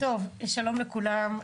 שלום לכולם.